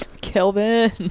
Kelvin